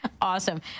Awesome